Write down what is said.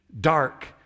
dark